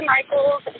Michael's